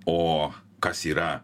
o kas yra